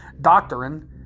Doctrine